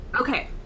Okay